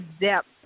depth